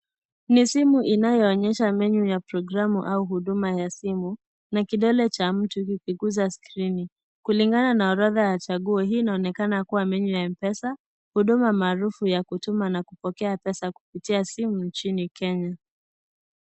Ni simu inayonyesha menu ya programu au huduma ya simu na kidole cha mtu kikigusa skrini ,kulingana na orodha ya chaguo hii inaonekana kuwa menu ya Mpesa huduma maarufu ya kutuma na kupokea pesa kupitia simu inchini Kenya.